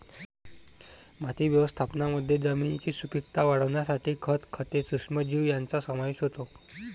माती व्यवस्थापनामध्ये जमिनीची सुपीकता वाढवण्यासाठी खत, खते, सूक्ष्मजीव यांचा समावेश होतो